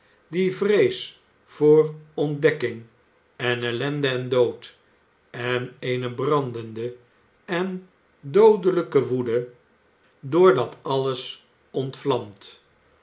die vrees voor ontdekking en ellende en dood en eene brandende en doodelijke woede door dat alles